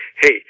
hey